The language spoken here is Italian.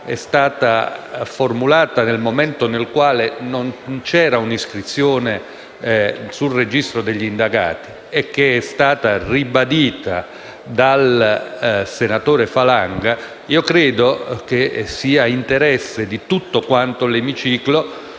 è stata formulata in un momento nel quale non era iscritto nel registro degli indagati - fatto che è stato ribadito dal senatore Falanga - credo sia interesse di tutto quanto l'emiciclo